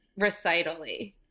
recitally